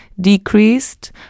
decreased